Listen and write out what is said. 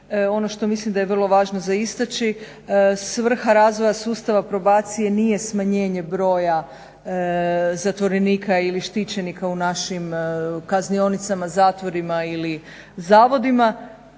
Ono što mislim da je vrlo važno za istaći svrha razvoja sustava probacije nije smanjenje broja zatvorenika ili štićenika u našim kaznionicama, zatvorima ili zavodima